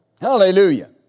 Hallelujah